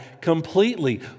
completely